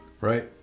right